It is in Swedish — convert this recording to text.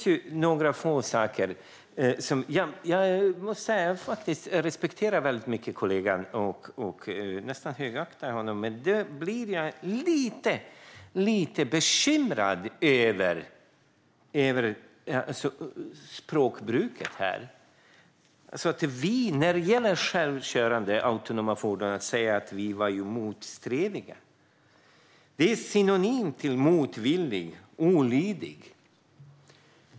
Jag respekterar, nästan högaktar, min kollega, men jag blir lite bekymrad över språkbruket. Det sas här att vi är motsträviga till självkörande autonoma fordon. Det är synonymt till motvillig och olydig.